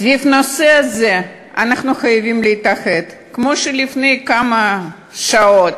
סביב הנושא הזה אנחנו חייבים להתאחד כמו שלפני כמה שעות,